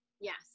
Yes